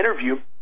interview